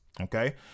okay